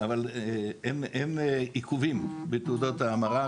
אבל אין עיכובים בתעודות ההמרה.